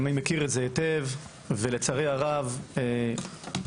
אני מכיר את זה היטב ולצערי הרב התחושה